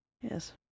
Yes